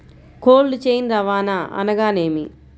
Cold chain రవాణా అనగా నేమి?